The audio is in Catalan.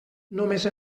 només